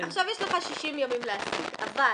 יש לך 60 ימים להשיג אבל